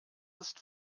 ist